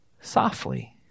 softly